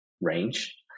range